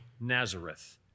Nazareth